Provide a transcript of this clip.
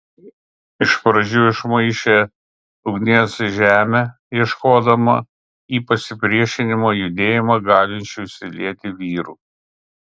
iš pradžių išmaišė ugnies žemę ieškodama į pasipriešinimo judėjimą galinčių įsilieti vyrų